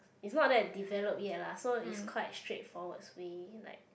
it's not that developed yet lah so it's quite straightforward way like